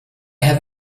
have